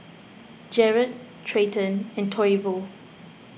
Jarred Treyton and Toivo